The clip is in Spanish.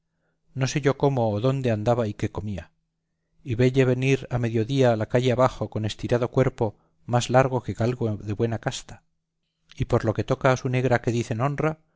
no sé yo cómo o dónde andaba y qué comía y velle venir a mediodía la calle abajo con estirado cuerpo más largo que galgo de buena casta y por lo que toca a su negra que dicen honra